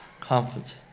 comfort